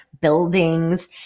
buildings